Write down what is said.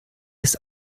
ist